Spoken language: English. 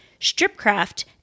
Stripcraft